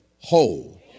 Whole